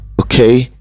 okay